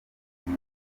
film